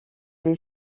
les